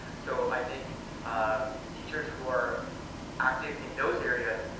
so, i think teachers who are active in those areas,